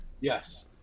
Yes